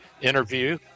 interview